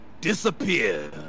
disappear